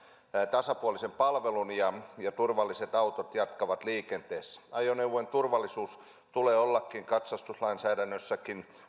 tasapuolisen palvelun ja ja turvalliset autot jatkavat liikenteessä ajoneuvojen turvallisuuden tuleekin olla katsastuslainsäädännössä